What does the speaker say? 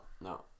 no